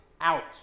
out